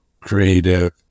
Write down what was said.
creative